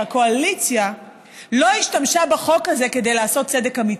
שהקואליציה לא השתמשה בחוק הזה כדי לעשות צדק אמיתי.